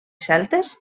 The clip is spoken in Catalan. celtes